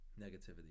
negativity